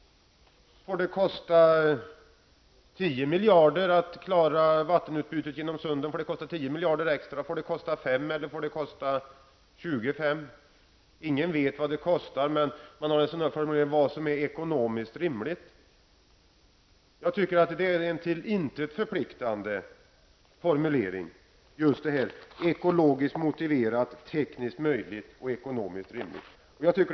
Får det kosta 10 miljarder att klara vattenutbytet genom sunden? Får det kosta 5 eller 25 miljarder? Ingen vet vad det kostar. Men ändå finns det en formulering om vad som är ekonomiskt rimligt. Jag tycker att det är en till intet förpliktande formulering, dvs. ekologiskt motiverat, tekniskt möjligt och ekonomiskt rimligt.